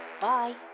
Bye